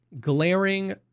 glaring